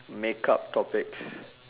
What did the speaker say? make up topics